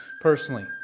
personally